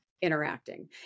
interacting